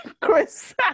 Chris